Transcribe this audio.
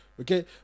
okay